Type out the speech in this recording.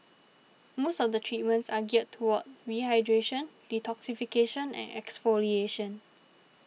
most of the treatments are geared toward hydration detoxification and exfoliation